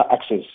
access